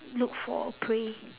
look for a prey